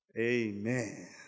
Amen